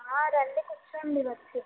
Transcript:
రండి కూర్చోండి వచ్చి